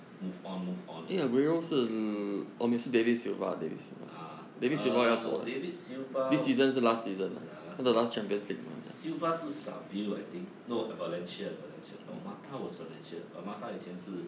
move on move ah err david silva ya last season silva 是 suicided I think no valencia valencia oh mata was valencia uh mata 以前是